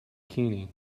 bikini